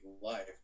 life